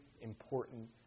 important